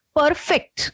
perfect